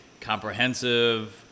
comprehensive